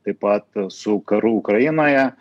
taip pat su karu ukrainoje